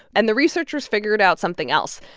and the researchers figured out something else.